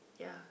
ya